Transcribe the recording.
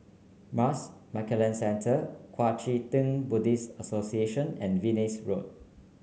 Marsh and McLennan Centre Kuang Chee Tng Buddhist Association and Venus Road